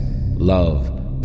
love